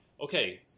okay